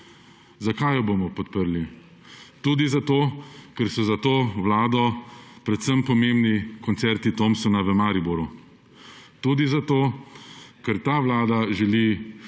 Zakaj jo bomo podprli? Tudi zato, ker so za to vlado predvsem pomembni koncerti Thompsona v Mariboru, tudi zato, ker ta vlada želi v